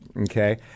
okay